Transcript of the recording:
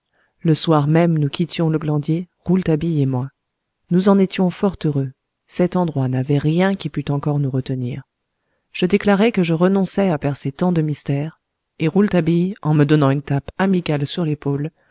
le soir même nous quittions le glandier rouletabille et moi nous en étions fort heureux cet endroit n'avait rien qui pût encore nous retenir je déclarai que je renonçais à percer tant de mystères et rouletabille en me donnant une tape amicale sur l'épaule